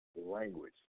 language